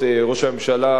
ראש הממשלה,